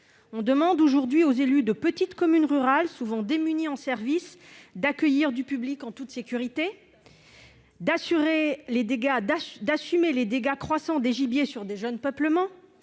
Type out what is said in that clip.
On demande aujourd'hui aux élus de petites communes rurales, souvent démunies en services, d'accueillir du public en toute sécurité, d'assumer les dégâts croissants que cause le gibier sur de jeunes plantations,